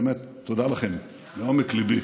באמת תודה לכם מעומק ליבי.